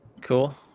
Cool